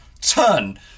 turn